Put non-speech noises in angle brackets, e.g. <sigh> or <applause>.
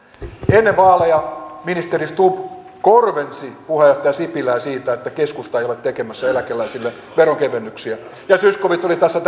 ennen vaaleja ministeri stubb korvensi puheenjohtaja sipilää siitä että keskusta ei ole tekemässä eläkeläisille veronkevennyksiä ja zyskowicz oli tässä <unintelligible>